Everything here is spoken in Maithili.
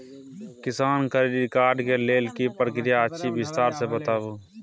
किसान क्रेडिट कार्ड के लेल की प्रक्रिया अछि विस्तार से बताबू?